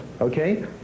okay